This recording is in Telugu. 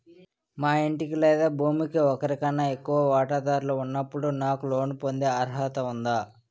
మా ఇంటికి లేదా భూమికి ఒకరికన్నా ఎక్కువ వాటాదారులు ఉన్నప్పుడు నాకు లోన్ పొందే అర్హత ఉందా?